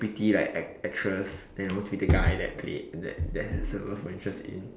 pretty like act~ actress and I want to be the guy that played in that that handsome skin